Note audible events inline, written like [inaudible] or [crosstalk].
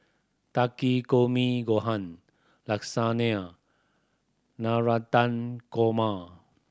[unintelligible] Gohan Lasagna Navratan Korma